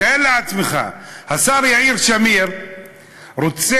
תאר לעצמך: השר יאיר שמיר רוצה,